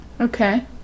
Okay